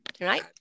Right